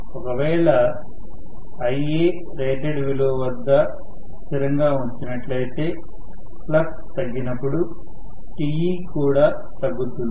ఒకవేళ అయ్యే రేటెడ్ విలువ వద్ద స్థిరంగా ఉంచినట్లయితే ఫ్లక్స్ తగ్గినప్పుడు Te కూడా తగ్గుతుంది